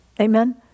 Amen